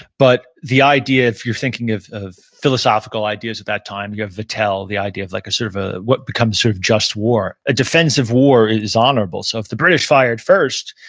but the idea, if you're thinking of of philosophical ideas at that time, you have vattel, the idea of like sort of of what becomes sort of just war. a defensive war is honorable, so if the british fired first,